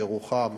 ירוחם,